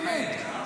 באמת,